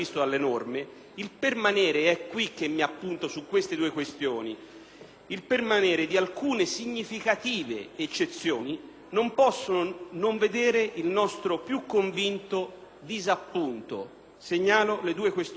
il permanere di alcune significative eccezioni non puonon vedere il nostro piu convinto disappunto. E qui segnalo due questioni su tutte.